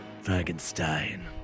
Frankenstein